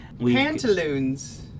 pantaloons